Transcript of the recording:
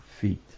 feet